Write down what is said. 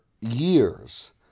Years